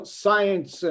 science